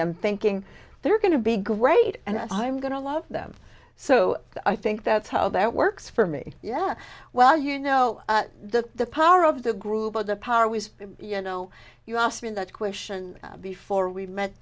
them thinking they're going to be great and i'm going to love them so i think that's how that works for me yeah well you know the power of the group of the power was you know you asked me that question before we met